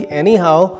anyhow